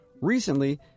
recently